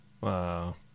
wow